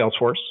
salesforce